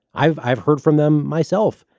i've i've heard from them myself.